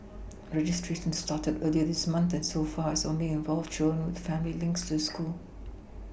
registration started earlier this month and so far has only involved children with family links to the schools